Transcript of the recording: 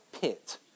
pit